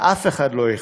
לאף אחד לא אכפת,